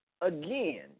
Again